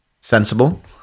Sensible